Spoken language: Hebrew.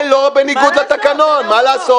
זה לא בניגוד לתקנון, מה לעשות.